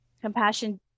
compassion